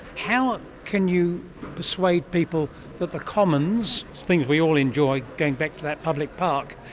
how um can you persuade people that the commons, things we all enjoy, going back to that public park,